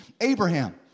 Abraham